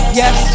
yes